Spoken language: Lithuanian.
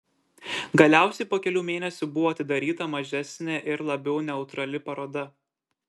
galiausiai po kelių mėnesių buvo atidaryta mažesnė ir labiau neutrali paroda